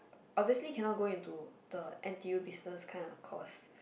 obviously cannot go into the n_t_u business kind of course